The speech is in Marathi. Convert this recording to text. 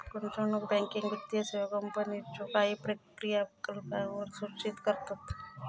गुंतवणूक बँकिंग वित्तीय सेवा कंपनीच्यो काही क्रियाकलापांक सूचित करतत